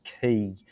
key